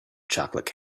chocolate